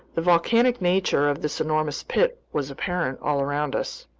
the volcanic nature of this enormous pit was apparent all around us.